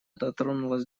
дотронулась